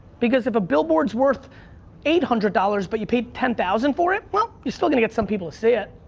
because if a billboard's worth eight hundred dollars but you paid ten thousand for it, well, you're still gonna get some people to see it.